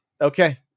Okay